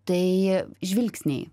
tai žvilgsniai